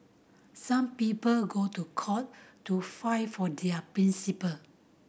some people go to court to fight for their principle